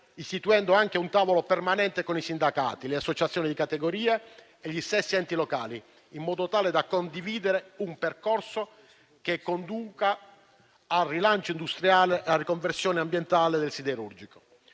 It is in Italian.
istituendo anche un tavolo permanente con i sindacati, le associazioni di categoria e gli stessi enti locali, in modo tale da condividere un percorso che conduca al rilancio industriale e alla riconversione ambientale del siderurgico.